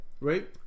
right